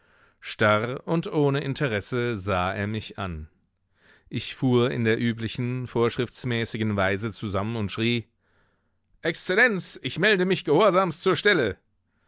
starr und ohne interesse sah er mich an ich fuhr in der üblichen vorschriftsmäßigen weise zusammen und schrie exzellenz ich melde mich gehorsamst zur stelle